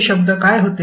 ते शब्द काय होते